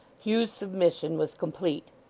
hugh's submission was complete.